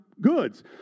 goods